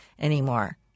anymore